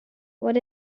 what